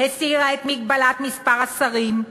הסירה את מגבלת מספר השרים,